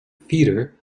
feeder